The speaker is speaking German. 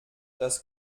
das